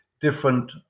different